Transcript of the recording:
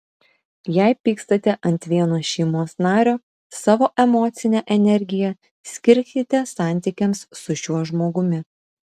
jei pykstate ant vieno šeimos nario savo emocinę energiją skirkite santykiams su šiuo žmogumi